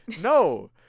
no